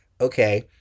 okay